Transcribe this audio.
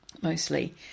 mostly